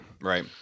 right